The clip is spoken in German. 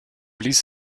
ließ